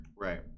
Right